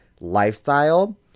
lifestyle